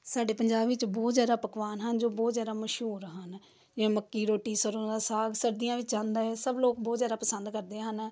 ਸਾਡੇ ਪੰਜਾਬ ਵਿੱਚ ਬਹੁਤ ਜ਼ਿਆਦਾ ਪਕਵਾਨ ਹਨ ਜੋ ਬਹੁਤ ਜ਼ਿਆਦਾ ਮਸ਼ਹੂਰ ਹਨ ਜਿਵੇਂ ਮੱਕੀ ਦੀ ਰੋਟੀ ਸਰੋਂ ਦਾ ਸਾਗ ਸਰਦੀਆਂ ਵਿੱਚ ਆਉਂਦਾ ਹੈ ਸਭ ਲੋਕ ਬਹੁਤ ਜਿਆਦਾ ਪਸੰਦ ਕਰਦੇ ਹਨ